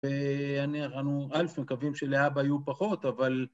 ואנחנו א' מקווים שלהבא יהיו פחות, אבל...